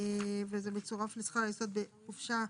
וזה מצורף לשכר היסוד בחופשה,